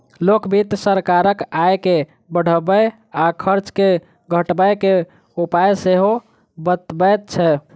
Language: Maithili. लोक वित्त सरकारक आय के बढ़बय आ खर्च के घटबय के उपाय सेहो बतबैत छै